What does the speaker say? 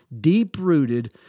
deep-rooted